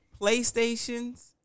PlayStations